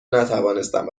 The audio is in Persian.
نتوانستم